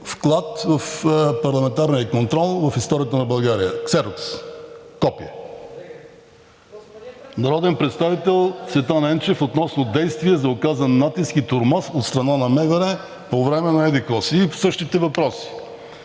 въпроса в парламентарния контрол, в историята на България – ксерокс, копие. Народен представител Цветан Енчев относно действие за оказан натиск и тормоз от страна на МВР по време на еди-какво си и същите въпроси.